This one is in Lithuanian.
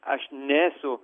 aš nesu